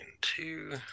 two